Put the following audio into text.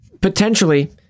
potentially